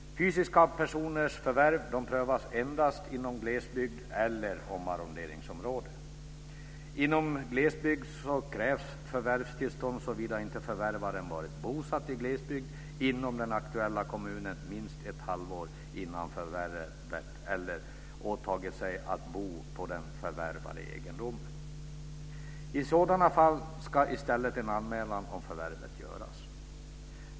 Fysiska personers förvärv prövas endast inom glesbygd eller omarronderingsområde. Inom glesbygd krävs förvärvstillstånd såvida inte förvärvaren varit bosatt i glesbygd inom den aktuella kommunen minst ett halvår före förvärvet eller åtagit sig att bo på den förvärvade egendomen. I sådana fall ska i stället en anmälan om förvärvet göras.